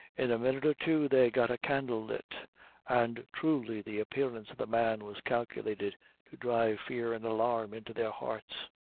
in a minute or two they got a candle lit and truly the appearance of the man was calculated to drive fear and alarm into their hearts.